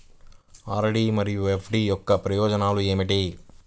RD మరియు FD యొక్క ప్రయోజనాలు ఏమిటి?